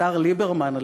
השר ליברמן,